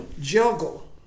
juggle